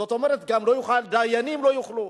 זאת אומרת, דיינים לא יוכלו,